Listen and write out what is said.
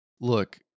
look